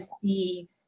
see